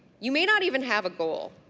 you may not even have a goal.